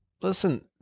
listen